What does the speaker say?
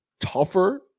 tougher